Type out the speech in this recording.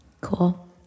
Cool